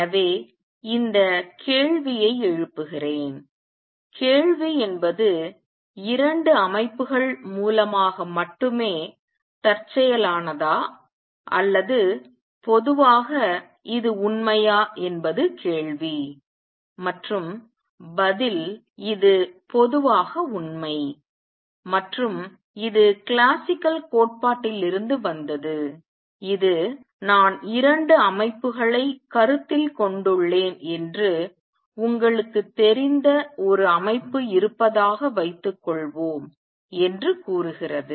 எனவே இந்த கேள்வியை எழுப்புகிறேன் கேள்வி என்பது 2 அமைப்புகள் மூலமாக மட்டுமே தற்செயலானதா அல்லது பொதுவாக இது உண்மையா என்பது கேள்வி மற்றும் பதில் இது பொதுவாக உண்மை மற்றும் இது கிளாசிக்கல் கோட்பாட்டிலிருந்து வந்தது இது நான் 2 அமைப்புகளை கருத்தில் கொண்டுள்ளேன் என்று உங்களுக்குத் தெரிந்த ஒரு அமைப்பு இருப்பதாக வைத்துக்கொள்வோம் என்று கூறுகிறது